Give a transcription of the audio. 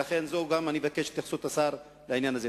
אני מבקש את התייחסות השר לעניין הזה.